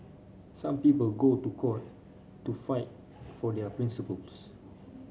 some people go to court to fight for their principles